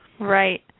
Right